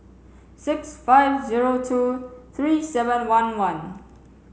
six five zero two three seven one one